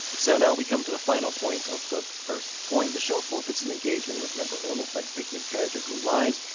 so now we come to the final point of the first point. the show forfeits an engagement with mental illness by depicting a character who lies,